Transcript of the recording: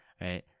right